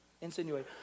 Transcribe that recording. insinuate